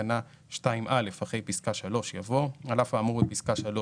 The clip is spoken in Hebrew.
בתקנת 2(א) אחרי פסקה (3) יבוא: "(4)על אף האמור בפסקה (3),